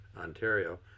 Ontario